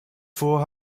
vor